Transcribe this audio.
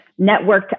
networked